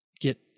get